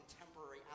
contemporary